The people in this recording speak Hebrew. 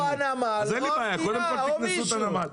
או הנמל או המדינה או מישהו.